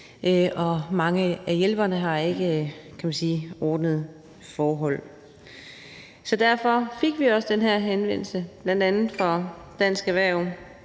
og mange af hjælperne har – kan man sige – ikke ordnede forhold. Så derfor fik vi også den her henvendelse, bl.a. fra Dansk Erhverv,